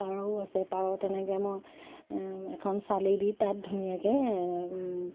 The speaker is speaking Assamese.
পাৰও আছে পাৰ তেনেকৈ মই এখন চালিদি তাত ধুনীয়াকৈ